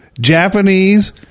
Japanese